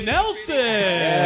Nelson